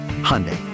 Hyundai